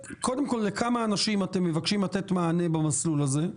לכמה אנשים אתם מבקשים לתת מענה במסלול הזה?